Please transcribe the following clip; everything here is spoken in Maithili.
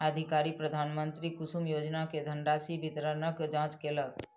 अधिकारी प्रधानमंत्री कुसुम योजना के धनराशि वितरणक जांच केलक